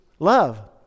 Love